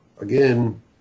Again